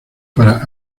para